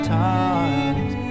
times